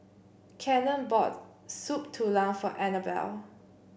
Cannon bought Soup Tulang for Annabelle